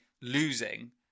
losing